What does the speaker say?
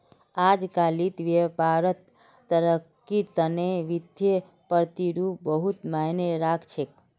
अजकालित व्यापारत तरक्कीर तने वित्तीय प्रतिरूप बहुत मायने राख छेक